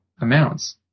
amounts